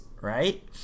right